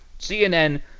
CNN